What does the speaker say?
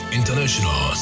international